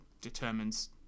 determines